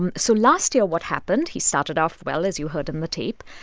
and so last year, what happened he started off well, as you heard in the tape.